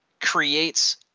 Creates